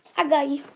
i got you.